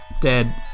Dead